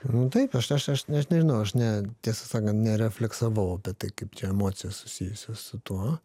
nu taip aš aš aš aš nežinau aš ne tiesą sakant nerefleksavau apie tai kaip čia emocijos susijusios su tuo